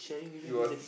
it it was